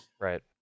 Right